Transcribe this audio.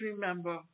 remember